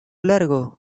largo